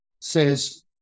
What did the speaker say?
says